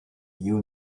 you